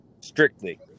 Strictly